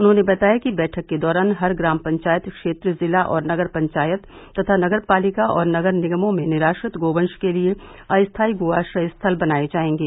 उन्होंने बताया कि बैठक के दौरान हर ग्राम पंचायत क्षेत्र जिला और नगर पंचायत तथा नगर पालिका और नगर निगमों में निराश्रित गोवंश के लिये अस्थाई गो आश्रय स्थल बनाये जायेंगे